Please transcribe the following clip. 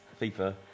FIFA